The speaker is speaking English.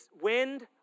wind